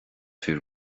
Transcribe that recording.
fir